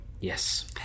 Yes